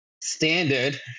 standard